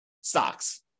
stocks